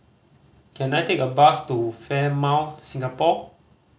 can I take a bus to Fairmont Singapore